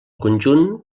conjunt